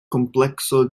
komplekso